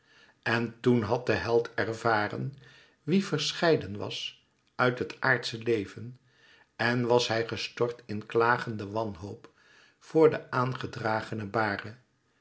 en ten had de held ervaren wie verscheiden was uit het aardsche leven en was hij gestort in klagende wanhoop voor de aangedragene bare